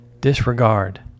disregard